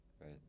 right